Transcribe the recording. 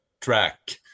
track